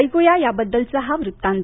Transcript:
ऐकूया याबद्दलचा हा वृत्तांत